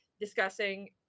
discussing